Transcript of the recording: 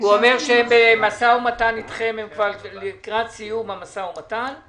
הוא אומר שהם במשא ומתן אתכם והם לקראת סיום המשא ומתן.